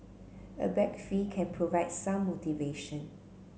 a bag fee can provide some motivation